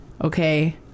Okay